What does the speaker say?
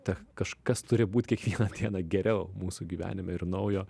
tech kažkas turi būt kiekvieną dieną geriau mūsų gyvenime ir naujo